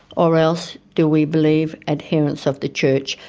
or else do we believe adherents of the church?